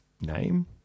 name